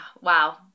wow